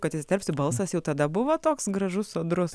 kad įsiterpsiu balsas jau tada buvo toks gražus sodrus